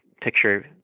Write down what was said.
picture